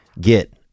Get